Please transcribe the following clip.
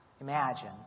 imagine